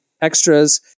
extras